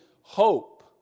hope